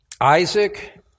Isaac